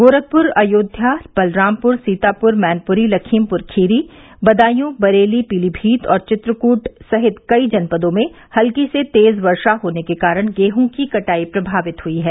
गोरखपुर अयोध्या बलरामपुर सीतापुर मैनपुरी लखीमपुर खीरी बदायूं बरेली पीलीभीत और चित्रकूट समेत कई जनपदों में हल्की से तेज वर्षा होने के कारण गेहूं की कटाई प्रभावित हुई है